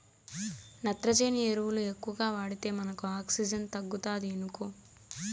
నత్రజని ఎరువులు ఎక్కువగా వాడితే మనకు ఆక్సిజన్ తగ్గుతాది ఇనుకో